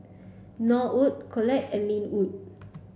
Norwood Collette and Lynwood